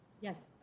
Yes